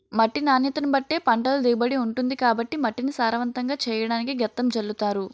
మట్టి నాణ్యతను బట్టే పంటల దిగుబడి ఉంటుంది కాబట్టి మట్టిని సారవంతంగా చెయ్యడానికి గెత్తం జల్లుతారు